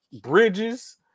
Bridges